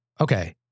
Okay